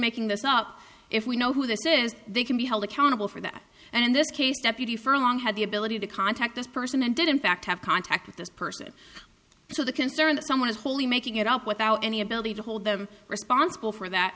making this up if we know who this it is they can be held accountable for that and in this case deputy furlong had the ability to contact this person and did in fact have contact with this person so the concern that someone is wholly making it up without any ability to hold them responsible for that